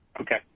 Okay